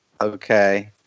Okay